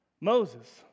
Moses